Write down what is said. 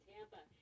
Tampa